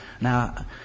Now